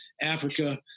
Africa